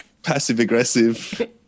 Passive-aggressive